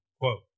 quote